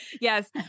Yes